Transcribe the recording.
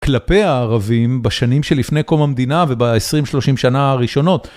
כלפי הערבים בשנים שלפני קום המדינה וב-20-30 שנה הראשונות.